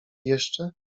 jeszcze